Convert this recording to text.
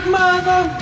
mother